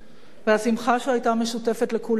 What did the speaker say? והשמחה שהיתה משותפת לכולנו,